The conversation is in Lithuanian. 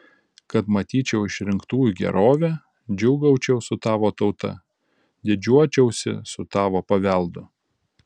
kad matyčiau išrinktųjų gerovę džiūgaučiau su tavo tauta didžiuočiausi su tavo paveldu